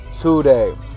Today